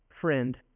friend